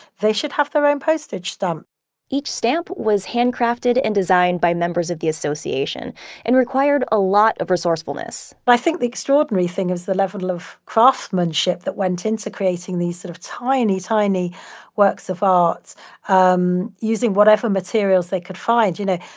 they should have their own postage stamp each stamp was handcrafted and designed by members of the association and required a lot of resourcefulness but i think the extraordinary thing is the level of craftsmanship that went into creating these sort of tiny, tiny works of arts um using whatever materials they could find. you know,